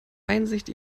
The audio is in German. einsicht